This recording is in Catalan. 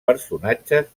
personatges